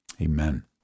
amen